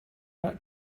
back